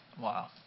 Wow